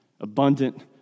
Abundant